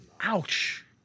Ouch